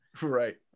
Right